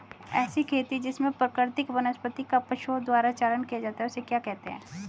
ऐसी खेती जिसमें प्राकृतिक वनस्पति का पशुओं द्वारा चारण किया जाता है उसे क्या कहते हैं?